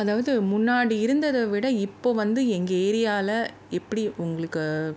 அதாவது முன்னாடி இருந்ததை விட இப்போ வந்து எங்கள் ஏரியாவில் எப்படி உங்களுக்கு